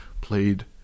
played